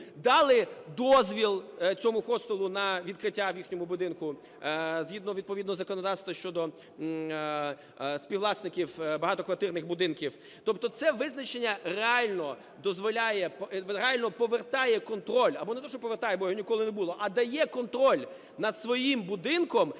дали дозвіл цьому хостелу на відкриття в їхньому будинку, згідно відповідного законодавства щодо співвласників багатоквартирних будинків. Тобто це визначення реально дозволяє, реально повертає контроль або не те, що повертає, бо його ніколи не було, а дає контроль над своїм будинком